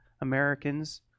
Americans